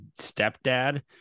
stepdad